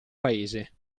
paese